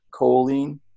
choline